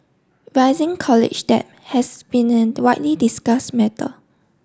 rising college debt has been a widely discussed matter